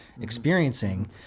experiencing